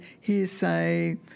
hearsay